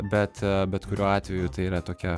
bet bet kuriuo atveju tai yra tokia